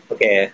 Okay